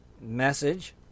message